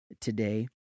today